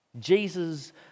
Jesus